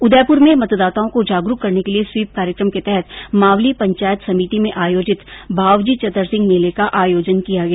उदयपुर में मतदाताओं को जागरूक करने के लिये स्वीप कार्यक्रम के तहत मावली पंचायत समिति में आयोजित बावजी चतर सिंह मेले का आयोजन किया गया